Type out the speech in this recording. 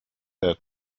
der